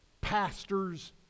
pastors